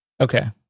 Okay